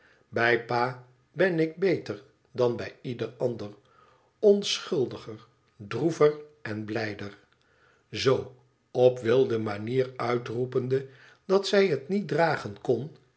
bij pa ben ik beter dan bij ieder der onschuldiger droever en bnjder zoo op wilde manier uitroepende dat zij het niet dragen kon